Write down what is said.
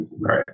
right